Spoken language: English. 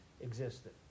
existed